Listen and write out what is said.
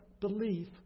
belief